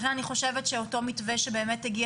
לכן אני חושבת שאותו מתווה שהגיע